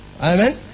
Amen